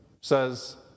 says